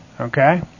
Okay